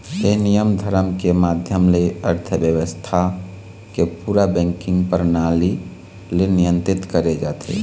ये नियम धरम के माधियम ले अर्थबेवस्था के पूरा बेंकिग परनाली ले नियंत्रित करे जाथे